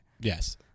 Yes